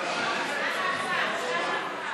הצעת חוק-יסוד: הכנסת (תיקון מס'